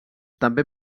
també